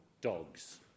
dogs